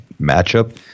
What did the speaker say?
matchup